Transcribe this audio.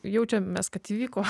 jaučiamės kad įvyko